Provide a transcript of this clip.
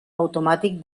automàtic